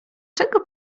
czego